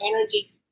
energy